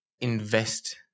invest